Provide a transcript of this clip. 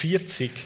40